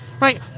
right